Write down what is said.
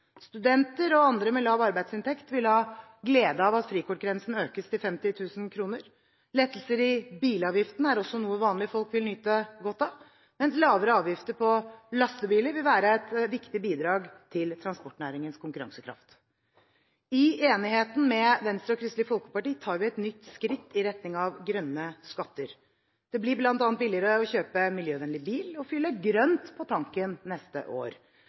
Studenter og andre med lav arbeidsinntekt vil ha glede av at frikortgrensen økes til 50 000 kr. Lettelser i bilavgiftene er også noe vanlige folk vil nyte godt av, mens lavere avgifter på lastebiler vil være et viktig bidrag til transportnæringens konkurransekraft. I enigheten med Venstre og Kristelig Folkeparti tar vi et nytt skritt i retning av grønne skatter. Det blir bl.a. billigere å kjøpe miljøvennlig bil og fylle grønt på tanken neste år.